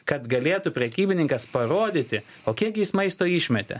kad galėtų prekybininkas parodyti o kiek jis maisto išmetė